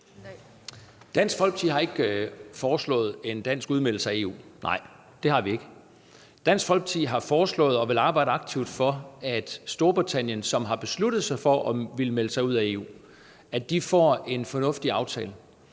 Dansk Folkeparti har ikke foreslået en dansk udmeldelse af EU – nej, det har vi ikke. Dansk Folkeparti har foreslået at ville arbejde aktivt for, at Storbritannien, som har besluttet sig for at ville melde sig ud af EU, får en fornuftig aftale.